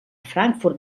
frankfurt